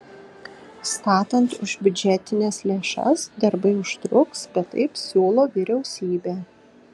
statant už biudžetines lėšas darbai užtruks bet taip siūlo vyriausybė